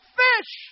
fish